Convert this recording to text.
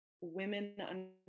women